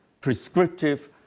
prescriptive